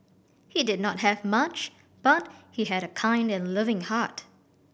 he did not have much but he had a kind and loving heart